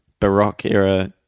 Baroque-era